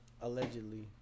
allegedly